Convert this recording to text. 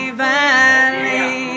valley